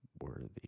Worthy